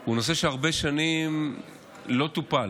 הוא נושא שהרבה שנים לא טופל.